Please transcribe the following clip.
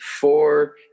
four